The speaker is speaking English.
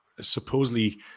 supposedly